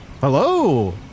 Hello